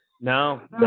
No